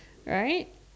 right